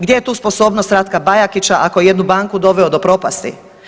Gdje je tu sposobnost Ratka Bajakića ako je jednu banku doveo do propasti?